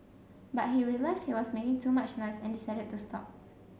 but he realised he was making too much noise and decided to stop